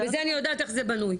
בזה אני יודעת איך זה בנוי.